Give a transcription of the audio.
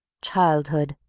childhood,